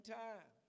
time